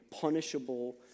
punishable